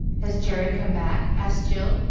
has jerry come back? asked jill,